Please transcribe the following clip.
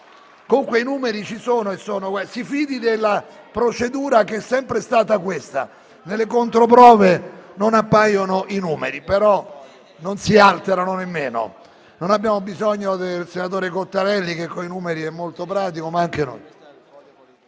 Comunque i numeri ci sono, si fidi della procedura che è sempre stata questa. Nelle controprove non appaiono i numeri, ma non si alterano nemmeno; non abbiamo bisogno del senatore Cottarelli che con i numeri è molto pratico. La prassi